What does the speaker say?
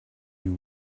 you